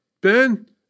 Ben